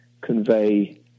convey